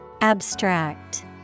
Abstract